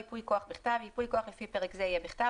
"ייפוי כוח בכתב 8. ייפוי כוח לפי פרק זה יהיה בכתב,